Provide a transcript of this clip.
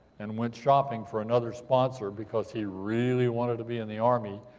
and went shopping for another sponsor, because he really wanted to be in the army,